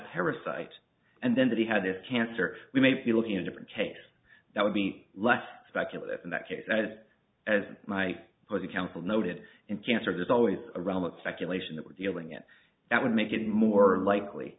parasite and then that he had this cancer we may be looking at a different case that would be less speculative in that case that as my for the council noted in cancer there's always a realm of speculation that we're dealing it that would make it more likely